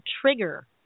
trigger